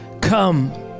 come